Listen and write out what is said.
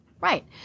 Right